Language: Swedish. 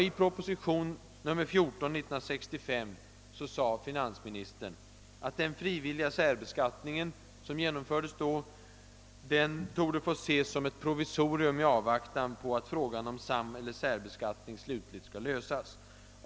I proposi tion nr 14 år 1965 sade finansministern, att den frivilliga särbeskattningen torde få ses som ett provisorium i avvaktan på att frågan om sameller särbeskattning slutgiltigt skall lösas.